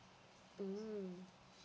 mm